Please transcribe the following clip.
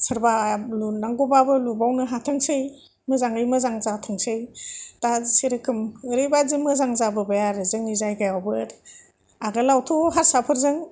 सोरबा लुनांगौ बाबो लुबावनो हाथोंसै मोजाङै मोजां जाथोंसै दा जेरोखोम ओरैबादि मोजां जाबोबाय आरो जोंनि जायगायावबो आगोलावथ' हारसाफोरजों